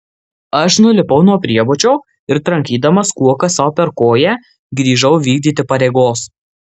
aš nulipau nuo priebučio ir trankydamas kuoka sau per koją grįžau vykdyti pareigos